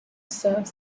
serves